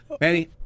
manny